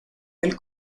del